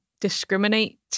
discriminate